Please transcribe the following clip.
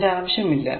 അതിന്റെ ആവശ്യമില്ല